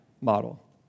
model